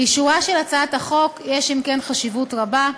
לאישורה של הצעת החוק יש, אם כן, חשיבות רבה.